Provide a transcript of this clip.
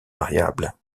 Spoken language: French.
variables